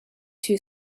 two